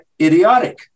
idiotic